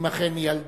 אם אכן זה על דעת,